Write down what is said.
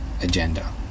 agenda